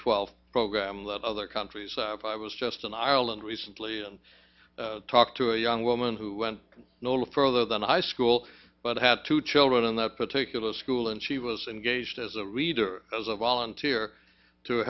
twelve program let other countries i was just in ireland recently and talked to a young woman who went nola further than i school but had two children in that particular school and she was engaged as a reader as a volunteer to